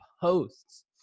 posts